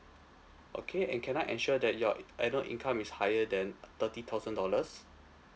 okay and can I ensure that your annual income is higher than uh thirty thousand dollars